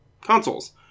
consoles